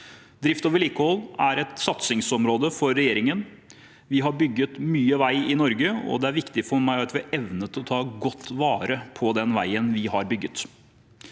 Drift og vedlikehold er et satsingsområde for regjeringen. Vi har bygget mye vei i Norge, og det er viktig for meg at vi evner å ta godt vare på den veien vi har bygget.